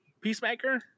Peacemaker